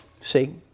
See